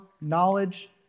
knowledge